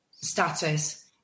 status